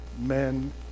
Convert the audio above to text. men